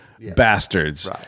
bastards